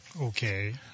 Okay